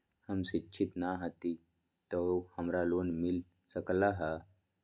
हम शिक्षित न हाति तयो हमरा लोन मिल सकलई ह?